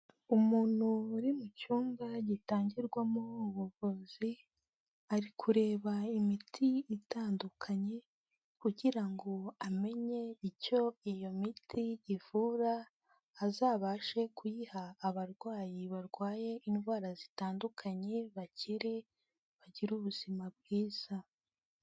Umuntu uri mu cyumba gitangirwamo ubuvuzi, ari kureba imiti itandukanye kugira ngo amenye icyo iyo miti ivura, azabashe kuyiha abarwayi barwaye indwara zitandukanye bakire bagire ubuzima bwiza.